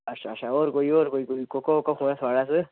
अच्छा अच्छा होर कोई होर कोई कोई कोह्का कोह्का फोन ऐ थोहाड़े'श